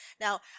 Now